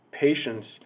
patients